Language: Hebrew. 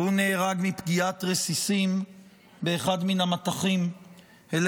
והוא נהרג מפגיעת רסיסים באחד מן המטחים אל